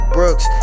Brooks